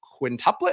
quintuplet